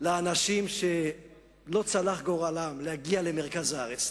לאנשים שלא צלח גורלם להגיע למרכז הארץ,